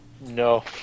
No